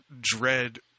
dread